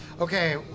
Okay